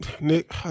Nick